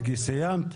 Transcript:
סיימת?